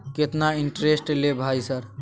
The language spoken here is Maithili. केतना इंटेरेस्ट ले भाई सर?